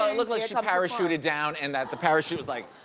um looked like she parachuted down and that the parachute was like.